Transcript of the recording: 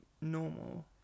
normal